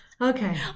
Okay